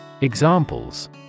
Examples